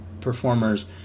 performers